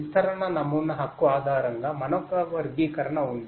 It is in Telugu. విస్తరణ నమూనా హక్కు ఆధారంగా మరొక వర్గీకరణ ఉంది